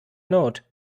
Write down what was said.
note